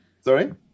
Sorry